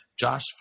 Josh